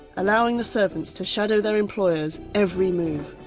allowing the servants to shadow their employers' every move.